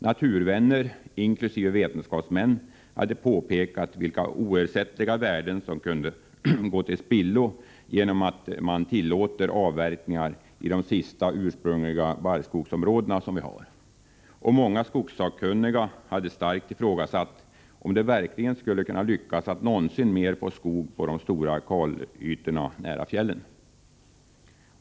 Naturvänner och vetenskapsmän hade påpekat vilka oersättliga värden som skulle kunna gå till spillo genom att man tillåter avverkningar i de sista ursprungliga barrskogsområdena i Sverige. Många skogssakkunniga hade starkt ifrågasatt om det verkligen skulle lyckas att någonsin mer få skog på de stora kalytorna nära fjällen.